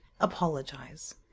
apologize